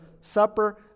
Supper